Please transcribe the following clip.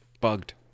bugged